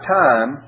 time